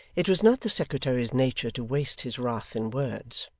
it was not the secretary's nature to waste his wrath in words.